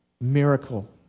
miracle